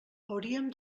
hauríem